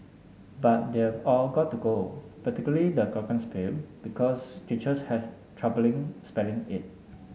but they've all got to go particularly the glockenspiel because teachers has troubling spelling it